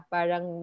Parang